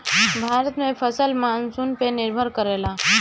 भारत में फसल मानसून पे निर्भर करेला